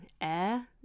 air